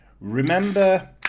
remember